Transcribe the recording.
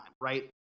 right